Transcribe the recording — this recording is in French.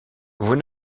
vous